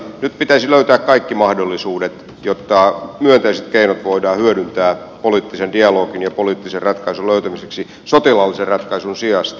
nyt pitäisi löytää kaikki mahdollisuudet jotta myönteiset keinot voidaan hyödyntää poliittisen dialogin ja poliittisen ratkaisun löytämiseksi sotilaallisen ratkaisun sijasta